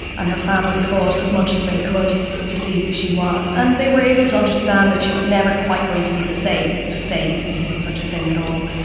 and her family fought as much as they could to see who she was, and they were able to understand that she was never quite going to be the same, if same is is such a thing at all.